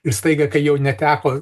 ir staiga kai jau neteko